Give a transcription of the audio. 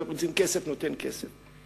רוצים כסף, נותן כסף.